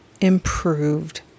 improved